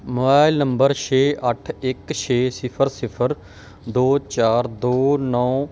mobile number ਛੇ ਅੱਠ ਇੱਕ ਛੇ ਸਿਫਰ ਸਿਫਰ ਦੋ ਚਾਰ ਦੋ ਨੌਂ